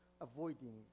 avoiding